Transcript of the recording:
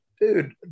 dude